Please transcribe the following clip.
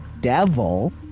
Devil